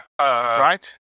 Right